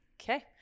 Okay